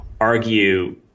argue